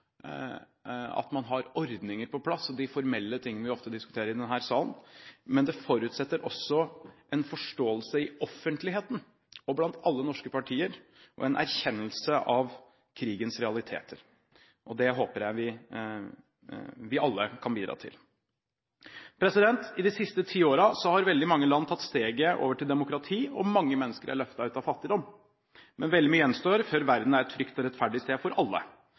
og erkjennelse av krigens realiteter, i offentligheten og blant alle norske partier. Det håper jeg vi alle kan bidra til. I de siste ti årene har veldig mange land tatt steget over til demokrati, og mange mennesker er løftet ut av fattigdom. Men veldig mye gjenstår før verden er et trygt og rettferdig sted for alle.